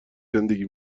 زندگی